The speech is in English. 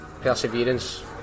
perseverance